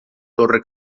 torre